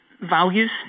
values